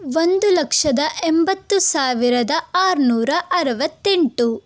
ಒಂದು ಲಕ್ಷದ ಎಂಬತ್ತು ಸಾವಿರದ ಆರುನೂರ ಅರುವತ್ತೆಂಟು